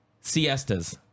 siestas